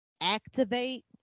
activate